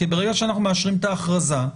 ברגע שאנחנו מאשרים את ההכרזה,